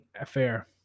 affair